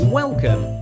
welcome